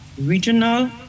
regional